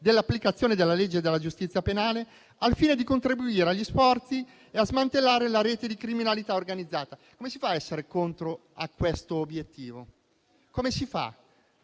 dell'applicazione della legge e della giustizia penale, al fine di contribuire agli sforzi e a smantellare la rete di criminalità organizzata». Come si fa ad essere contro questo obiettivo? Si può